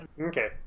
Okay